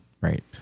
Right